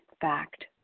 fact